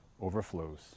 overflows